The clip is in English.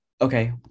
Okay